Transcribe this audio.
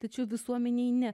tačiau visuomenei ne